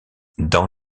dans